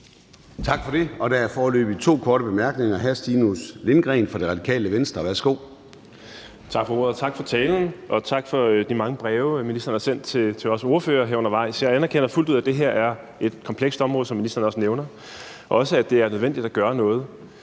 Tak for det. Der er foreløbig to indtegnet for korte bemærkninger. Først er det hr. Stinus Lindgreen fra Radikale Venstre. Værsgo. Kl. 09:21 Stinus Lindgreen (RV): Tak for ordet. Og tak for talen og for de mange breve, ministeren har sendt til os ordførere undervejs. Jeg anerkender fuldt ud, at det her er et komplekst område, som ministeren også nævner, og også, at det er nødvendigt at gøre noget.